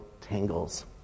tangles